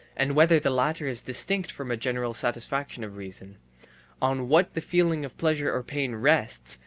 and whether the latter is distinct from a general satisfaction of reason on what the feeling of pleasure or pain rests,